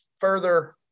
further